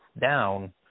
down